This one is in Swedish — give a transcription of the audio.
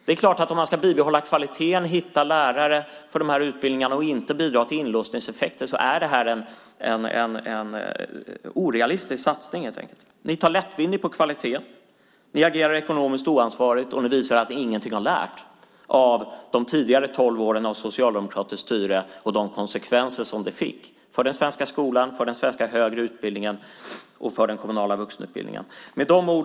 Det är klart att om man ska bibehålla kvaliteten, hitta lärare för de här utbildningarna och inte bidra till inlåsningseffekter är det en orealistisk satsning helt enkelt. Ni tar lättvindigt på kvalitet, agerar ekonomiskt oansvarigt och visar att ni ingenting har lärt av de tidigare tolv åren av socialdemokratiskt styre och de konsekvenser det fick för den svenska skolan, den svenska högre utbildningen och den kommunala vuxenutbildningen. Fru talman!